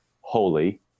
holy